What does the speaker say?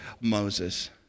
Moses